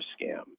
scam